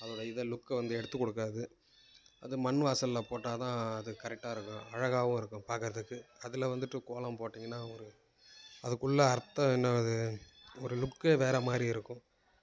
அதோட இத லுக்கை வந்து எடுத்து கொடுக்காது அது மண் வாசலில் போட்டா தான் கரைட்டாக இருக்கும் அழகாகவும் இருக்கும் பார்க்குறத்துக்கு வந்துவிட்டு கோலம் போட்டிங்கன்னா ஒரு அதுக்குள்ள அர்த்தம் என்னாது ஒரு லுக்கே வேறமாதிரி இருக்கும்